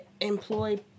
employ